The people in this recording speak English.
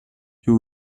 you